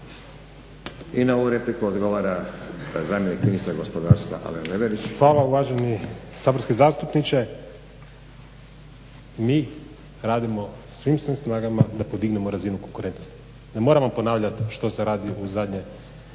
I na ovu repliku odgovara zamjenik ministra gospodarstva Alen Leverić. **Leverić, Alen** Hvala. Uvaženi saborski zastupniče, mi radimo svim snagama da podignemo razinu konkurentnosti. Ne moramo ponavljat što se radi u zadnjih